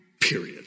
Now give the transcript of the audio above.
period